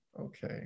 Okay